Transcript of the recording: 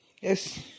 Yes